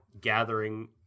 gathering